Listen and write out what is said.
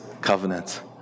covenant